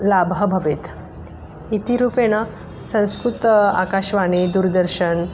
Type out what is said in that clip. लाभः भवेत् इति रूपेण संस्कृत आकाशवाणी दूरदर्शनम्